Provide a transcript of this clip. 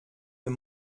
dem